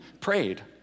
prayed